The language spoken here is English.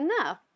enough